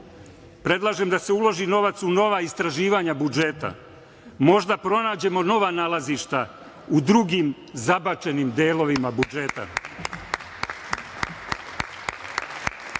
Predlažem da se uloži novac u nova istraživanja budžeta. Možda pronađemo nova nalazišta u drugim zabačenim delovima budžeta. Dobro